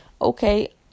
okay